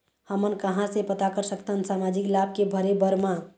हमन कहां से पता कर सकथन सामाजिक लाभ के भरे बर मा?